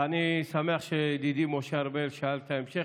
אני שמח שידידי משה ארבל שאל את ההמשך,